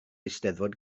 eisteddfod